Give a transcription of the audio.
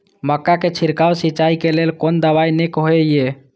मक्का के छिड़काव सिंचाई के लेल कोन दवाई नीक होय इय?